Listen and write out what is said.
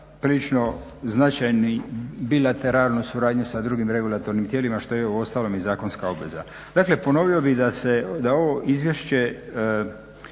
prilično značajnu bilateralnu suradnju sa drugim regulatornim tijelima, što joj je uostalom i zakonska obveza. Dakle ponovio bih da ovo izvješće